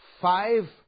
five